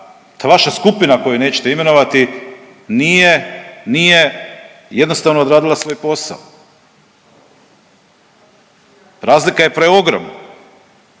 ta vaša skupina koju nećete imenovati, nije, nije jednostavno odradila svoj posao. Razlika je preogromna.